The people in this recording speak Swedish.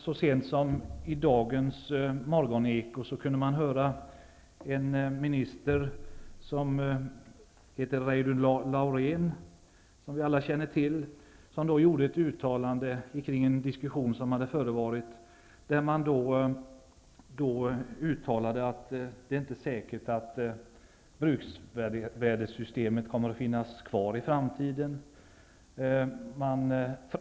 Så sent som i dagens Morgoneko kunde man höra minister Reidunn Laurén göra ett uttalande kring en diskussion som hade förevarit. Hon sade att det inte alls är säkert att bruksvärdessystemet kommer att finnas kvar i framtiden.